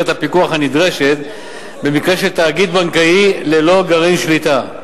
הפיקוח הנדרשת במקרה של תאגיד בנקאי ללא גרעין שליטה.